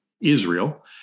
Israel